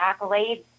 accolades